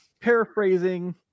paraphrasing